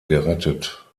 gerettet